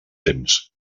temps